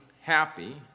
happy